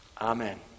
Amen